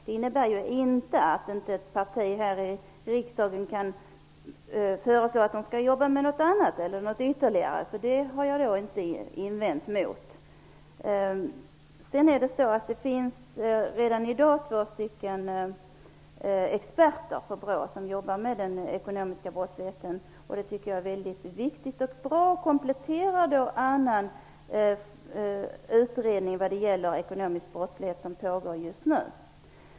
Det innebär inte att inte ett parti här i riksdagen kan föreslå att BRÅ skall jobba med något annat eller ha ytterligare uppgifter -- det har jag inte invänt mot. Det finns redan i dag två stycken experter på BRÅ som jobbar med den ekonomiska brottsligheten. Det är väldigt viktigt och bra, och det kompletterar annan utredning kring ekonomisk brottslighet som pågår just nu.